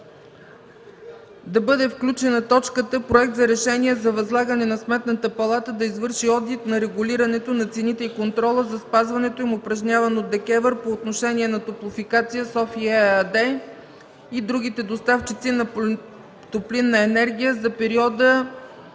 да бъде включена точката „Проект за решение за възлагане на Сметната палата да извърши одит на регулирането на цените и контрола за спазването им, упражняван от ДКЕВР по отношение на „Топлофикация София” ЕАД и другите доставчици на топлинна енергия за периода